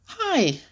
Hi